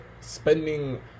spending